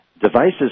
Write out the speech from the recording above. devices